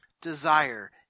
desire